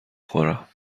خورم